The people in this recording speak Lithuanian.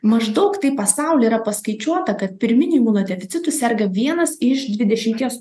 maždaug taip pasauly yra paskaičiuota kad pirminiu imunodeficitu serga vienas iš dvidešimties